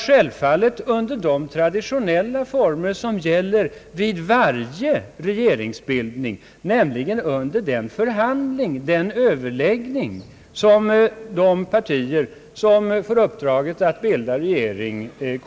Självfallet under de traditionella former som gäller vid varje regeringsbildning, nämligen vid en överläggning mellan de partier som får uppdraget att bilda regering.